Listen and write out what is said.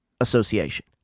Association